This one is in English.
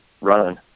running